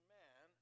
man